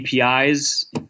APIs